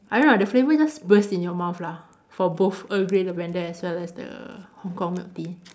I don't know the flavour just burst in your mouth lah for both earl grey lavender as well as the Hong-Kong milk tea